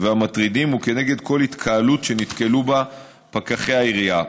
והמטרידים וכנגד כל התקהלות שנתקלו בה פקחי העירייה.